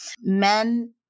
men